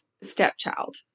stepchild